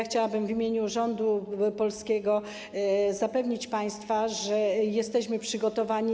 Chciałabym w imieniu rządu polskiego zapewnić państwa, że jesteśmy przygotowani.